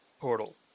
portal